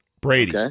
Brady